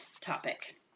topic